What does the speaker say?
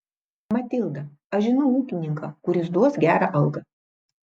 matilda aš žinau ūkininką kuris duos gerą algą